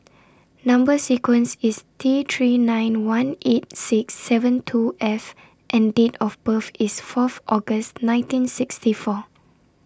Number sequence IS T three nine one eight six seven two F and Date of birth IS Fourth August nineteen sixty four